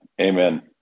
Amen